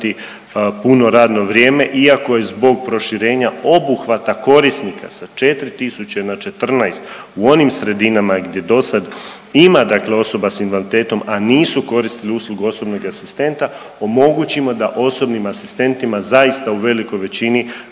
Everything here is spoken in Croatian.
puno radno vrijeme iako je zbog proširenja obuhvata korisnika sa 4 tisuće na 14 u onim sredinama gdje dosad ima dakle osoba s invaliditetom, a nisu koristili uslugu osobnog asistenta omogućimo da osobnim asistentima zaista u velikoj većini